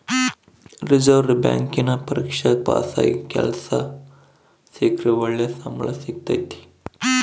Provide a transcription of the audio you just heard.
reserve ಬ್ಯಾಂಕಿನ ಪರೀಕ್ಷೆಗ ಪಾಸಾಗಿ ಕೆಲ್ಸ ಸಿಕ್ರ ಒಳ್ಳೆ ಸಂಬಳ ಸಿಕ್ತತತೆ